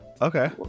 okay